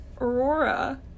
aurora